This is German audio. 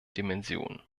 dimension